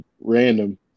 random